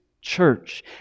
church